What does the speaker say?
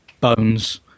Bones